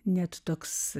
net toks